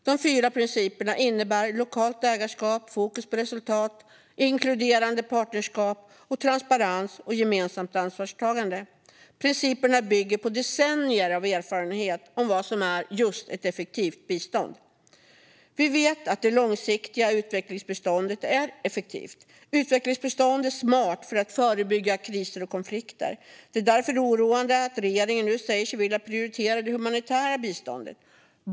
De fyra principerna innebär lokalt ägarskap, fokus på resultat, inkluderande partnerskap samt transparens och gemensamt ansvarstagande. Principerna bygger på decennier av erfarenhet av vad som är effektivt bistånd. Vi vet att det långsiktiga utvecklingsbiståndet är effektivt. Utvecklingsbistånd är smart för att förebygga kriser och konflikter. Det är därför oroande att regeringen nu säger sig vilja prioritera det humanitära biståndet.